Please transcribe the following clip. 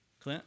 Clint